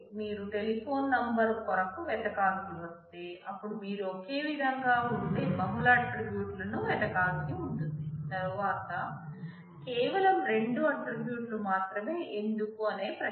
మీరు telephone number కొరకు వెతకాల్సి వస్తే అప్పుడు మీరు ఒకే విధంగా ఉండే బహుళ ఆట్రిబ్యూట్ లను వెతకాల్సి ఉంటుంది తరువాత కేవలం రెండు ఆట్రిబ్యూట్ లు మాత్రమే ఎందుకు అనే ప్రశ్న